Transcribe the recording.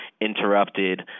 interrupted